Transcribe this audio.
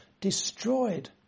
destroyed